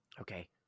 Okay